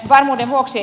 varmuuden vuoksi